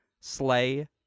Slay